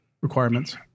requirements